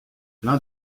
l’un